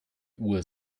uhr